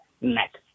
next